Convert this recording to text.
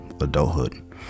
adulthood